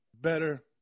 better